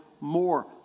more